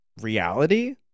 reality